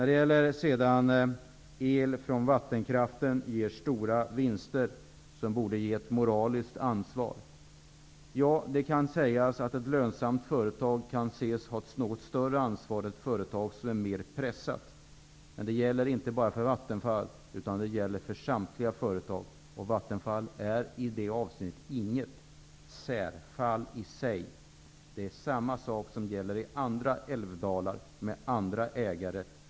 Det sades vidare att el från Vattenkraft kommer att ge stora vinster och att detta för med sig ett moraliskt ansvar. Ja, det kan sägas att ett lönsamt företag kan anses ha något större ansvar än ett som är mer pressat, men det gäller inte bara för Vattenfall utan för samtliga företag. Vattenfall är i det avseendet inget särfall. Samma sak gäller beträffande kraftstationer i andra älvdalar och med andra ägare.